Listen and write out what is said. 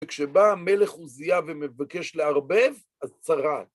וכשבא המלך עוזייה ומבקש לערבב, אז צרה.